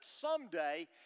someday